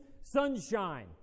sunshine